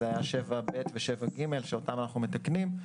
זה היה סעיפים 7ב ו-7ג שאותם אנחנו מתקנים.